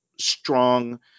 strong